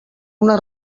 una